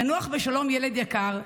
תנוח בשלום, ילד יקר,